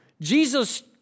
Jesus